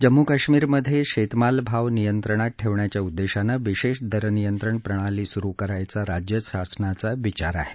जम्मू कश्मीरमधे शेतमाल भाव नियंत्रणात ठेवण्याच्या उद्देशानं विशेष दरनियंत्रण प्रणाली सुरु करण्याचा राज्य शासनाचा विचार आहे